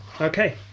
Okay